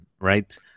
right